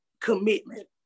commitment